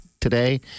today